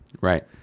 Right